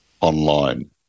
online